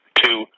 two